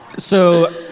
so.